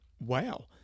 wow